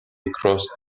across